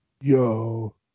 Yo